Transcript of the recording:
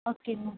okay ma'am